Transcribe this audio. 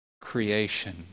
creation